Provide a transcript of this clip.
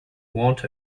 want